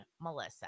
Melissa